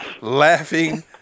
laughing